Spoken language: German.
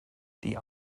die